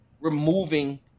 removing